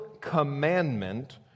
commandment